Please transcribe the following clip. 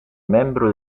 membro